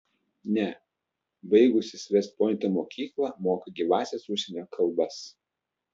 ne baigusis vest pointo mokyklą moka gyvąsias užsienio kalbas